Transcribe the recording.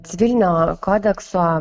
civilinio kodekso